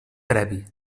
previ